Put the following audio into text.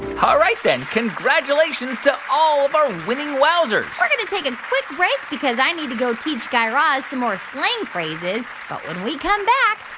um ah right, then. congratulations to all of our winning wowzers we're going to take a quick break because i need to go teach guy raz some more slang phrases. but when we come back,